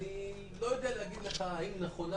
אני לא יודע להגיד לך האם נכונה